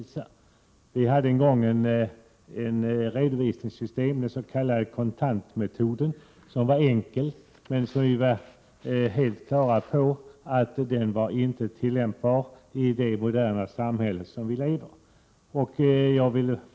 Vi hade en gång ett redovisningssystem — den s.k. kontantmetoden — som var enkelt, men man blev helt klar över att det inte var tillämpbart i det moderna samhälle som vi lever i.